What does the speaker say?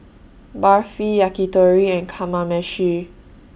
Barfi Yakitori and Kamameshi